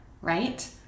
right